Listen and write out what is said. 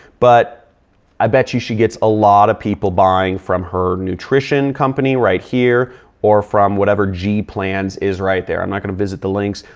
but i bet you she gets a lot of people buying from her nutrition company right here or from whatever g plans is right there. i'm not gonna visit the links.